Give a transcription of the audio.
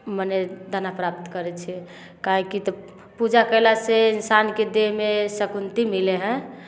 मने दाना प्राप्त करय छियै काहे कि तऽ पूजा कयलासँ इन्सानके देहमे सकुन्ती मिलय हइ